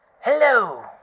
Hello